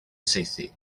saethu